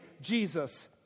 Jesus